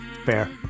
fair